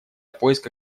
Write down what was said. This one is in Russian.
поиска